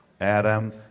Adam